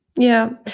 yeah.